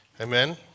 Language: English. amen